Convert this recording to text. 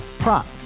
Prop